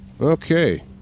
Okay